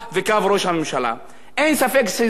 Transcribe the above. אין ספק שזה מבייש כל חבר כנסת,